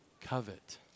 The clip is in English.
covet